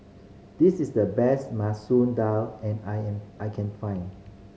this is the best Masoor Dal and I am I can find